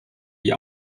die